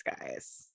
guys